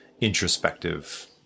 introspective